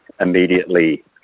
immediately